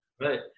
right